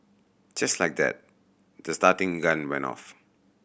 just like that the starting gun went off